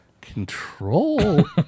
Control